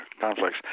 conflicts